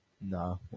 No